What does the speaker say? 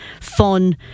fun